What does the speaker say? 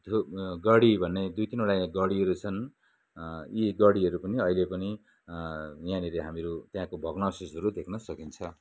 गढी भन्ने दुई तिनवटा यहाँ गढीहरू छन् यी गढीहरू अहिले पनि यहाँनिर हामीहरू त्यहाँको भग्नावशेषहरू देख्न सकिन्छ